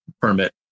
permit